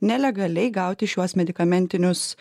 nelegaliai gauti šiuos medikamentinius